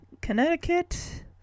Connecticut